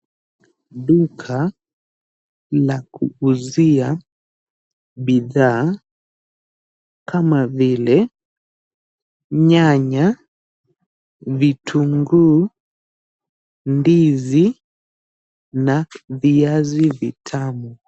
Duka la kuuzia bidhaa kama vile nyanya, vitunguu, ndizi na viazi vitamu.